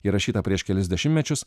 įrašyta prieš kelis dešimtmečius